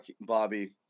Bobby